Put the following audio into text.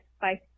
Bye